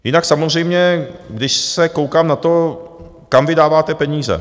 Jinak samozřejmě, když se koukám na to, kam vy dáváte peníze...